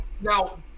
now